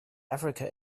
africa